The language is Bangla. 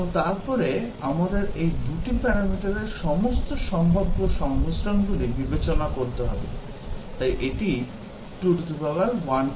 এবং তারপরে আমাদের এই 2 টি প্যারামিটারের সমস্ত সম্ভাব্য সংমিশ্রণগুলি বিবেচনা করতে হবে এবং তাই এটি 2128 হয়ে যায়